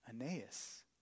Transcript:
Aeneas